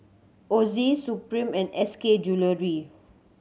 Ozi Supreme and S K Jewellery